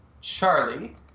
Charlie